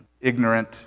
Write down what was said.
ignorant